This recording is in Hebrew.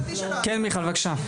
כן מיכל, בבקשה.